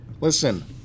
Listen